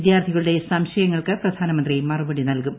വിദ്യാർത്ഥികളുടെ സംശയങ്ങൾക്ക് പ്രധാനമന്ത്രി മറുപടി നൽകും